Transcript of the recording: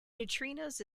neutrinos